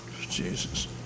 jesus